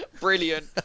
Brilliant